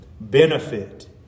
benefit